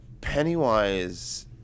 pennywise